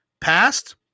past